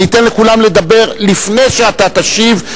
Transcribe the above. אני אתן לכולם לדבר לפני שאתה תשיב,